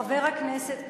חבר הכנסת כץ,